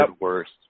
worst